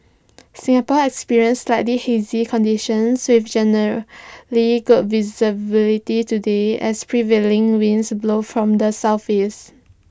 Singapore experienced slightly hazy conditions with generally good visibility today as prevailing winds blow from the Southeast